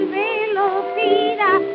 velocidad